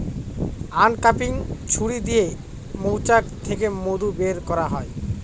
uncapping ছুরি দিয়ে মৌচাক থেকে মধু বের করা হয়